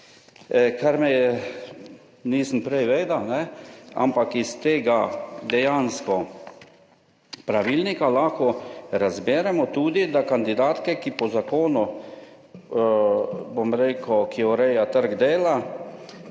kar me je, nisem prej vedel, ampak iz tega dejansko pravilnika lahko razberemo tudi, da kandidatke, ki po zakonu, bom rekel, ki ureja trg dela,